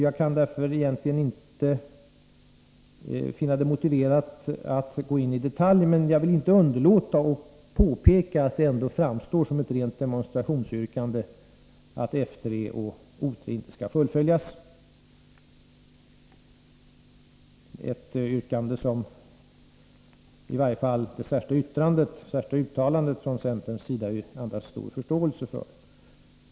Jag kan därför inte finna det motiverat att gå in i detalj på frågorna, men jag vill inte underlåta att påpeka att det ändå framstår som ett rent demonstrationsyrkande att begära att F3 och O3 inte skall fullföljas — ett yrkande som i varje fall det särskilda uttalandet från centern andas stor förståelse för.